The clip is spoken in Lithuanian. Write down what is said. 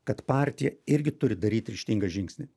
kad partija irgi turi daryt ryžtingą žingsnį